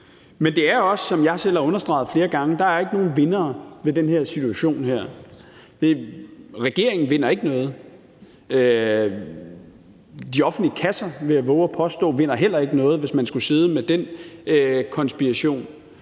Men der er ikke, som jeg selv har understreget flere gange, nogen vindere i den her situation. Regeringen vinder ikke noget. De offentlige kasser, vil jeg vove at påstå, vinder heller ikke noget, hvis man skulle sidde med den konspiration.